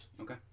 Okay